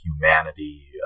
humanity